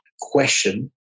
question